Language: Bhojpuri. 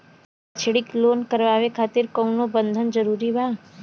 शैक्षणिक लोन करावे खातिर कउनो बंधक जरूरी बा?